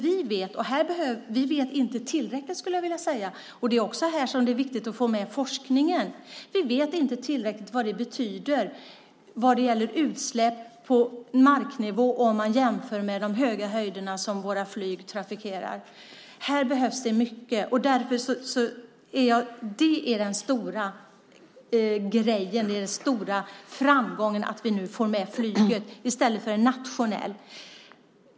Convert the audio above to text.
Vi vet inte tillräckligt om vad det betyder med utsläpp på marknivå jämfört med på de höga höjder som våra flyg trafikerar. Det är därför som det är så viktigt att få med forskningen. Den stora framgången är att vi nu får med flyget internationellt i stället för nationellt.